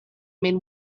men